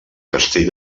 castell